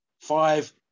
five